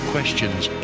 Questions